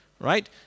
Right